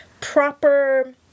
proper